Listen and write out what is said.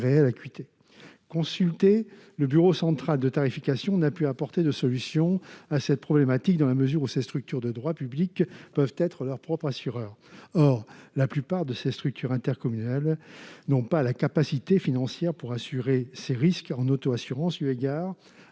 réelle acuité consultez le bureau central de tarification n'a pu apporter de solutions à cette problématique dans la mesure où sa structure de droit public peuvent être leur propre assureur, or la plupart de ces structures intercommunales, n'ont pas la capacité financière pour assurer ses risques en auto-assurance, eu égard